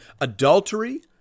adultery